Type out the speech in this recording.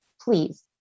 please